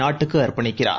நாட்டுக்கு அர்ப்பணிக்கிறார்